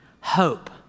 Hope